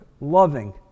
loving